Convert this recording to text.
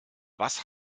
was